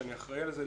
שאני אחראי על זה,